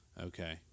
Okay